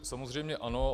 Samozřejmě ano.